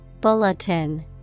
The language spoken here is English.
Bulletin